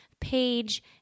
page